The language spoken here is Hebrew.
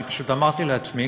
פשוט אמרתי לעצמי,